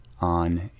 on